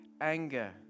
anger